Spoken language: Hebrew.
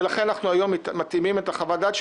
ולכן אנחנו היום מתאימים את חוות הדעת,